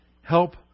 help